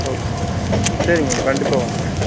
okay சரிங்க madam கண்டிப்பாக வாங்க